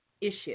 issue